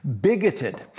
bigoted